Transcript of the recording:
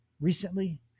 recently